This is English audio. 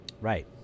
Right